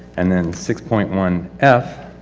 and and six point one f.